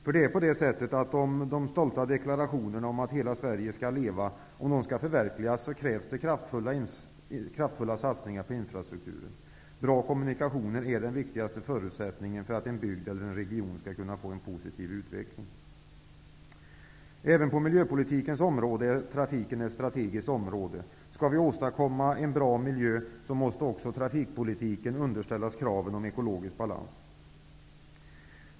Om man skall förverkliga de stolta deklarationerna om att hela Sverige skall leva krävs kraftfulla satsningar på infrastrukturen. Bra kommunikationer är den viktigaste förutsättningen för att en bygd eller en region skall kunna få en positiv utveckling. Även på miljöpolitikens område är trafiken ett strategiskt område. Skall en bra miljö åstadkommas måste också trafikpolitiken underställas kraven på ekologisk balans.